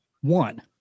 one